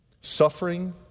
Suffering